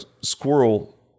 squirrel